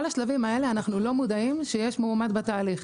בכל השלבים האלה אנחנו לא מודעים שיש מועמד בתהליך.